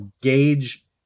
gauge